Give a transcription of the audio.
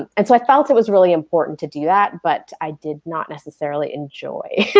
and so i felt it was really important to do that, but i did not necessarily enjoy